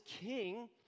king